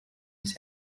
his